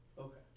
Okay